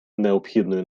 необхідної